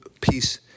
peace